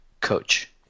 coach